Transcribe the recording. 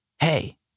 Hey